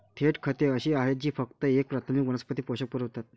थेट खते अशी आहेत जी फक्त एक प्राथमिक वनस्पती पोषक पुरवतात